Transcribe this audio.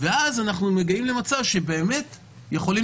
אז אנחנו מגיעים למצב שבאמת יכולים